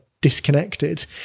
disconnected